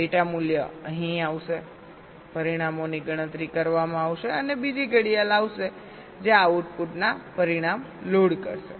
data મૂલ્ય અહીં આવશે પરિણામોની ગણતરી કરવામાં આવશે અને બીજી ઘડિયાળ આવશે જે આ આઉટપુટમાં પરિણામ લોડ કરશે